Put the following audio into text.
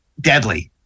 deadly